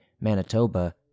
Manitoba